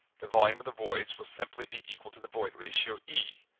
the volume of the voids will simply be equal to the void ratio, e.